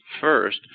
first